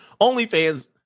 OnlyFans